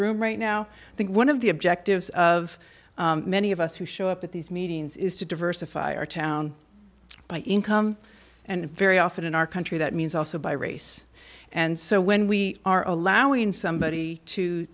room right now i think one of the objectives of many of us who show up at these meetings is to diversify our town by income and very often in our country that means also by race and so when we are allowing somebody to